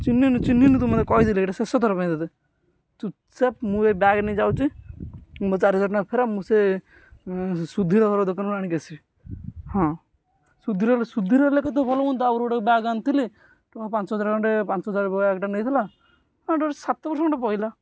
ଚିହ୍ନିନୁ ଚିହ୍ନିନୁ ତୁ ମୋତେ କହିଦେଲି ଏଇଟା ଶେଷ ଥର ପାଇଁ ତୋତେ ଚୁପ୍ ଚାପ୍ ମୁଁ ଏଇ ବ୍ୟାଗ୍ ନେଇ ଯାଉଛି ମୁଁ ଚାରି ହଜାର ଟଙ୍କା ଫେରା ମୁଁ ସେ ସୁଧିର ଘର ଦୋକାନରୁ ଆଣିକି ଆସିିବି ହଁ ସୁଧିର ହେଲେ ଶ ସୁଧିର ହେଲେ କେତେ ଭଲ ହୁଅନ୍ତା ତାରୁ ଗୋଟେ ବ୍ୟାଗ୍ ଆଣିଥିଲି ଟଙ୍କା ପାଞ୍ଚ ହଜାର ଖଣ୍ଡେ ପାଞ୍ଚ ହଜାର ବ୍ୟାଗ୍ଟା ନେଇଥିଲା ହଁ ସାତ ବର୍ଷ ଖଣ୍ଡେ ପଡ଼ିଲା